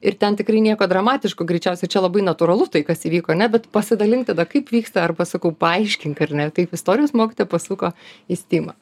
ir ten tikrai nieko dramatiško greičiausiai čia labai natūralu tai kas įvyko ar ne bet pasidalink tada kaip vyksta arba sakau paaiškink ar ne taip istorijos mokytoja pasuko į stymą